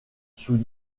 sous